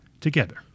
together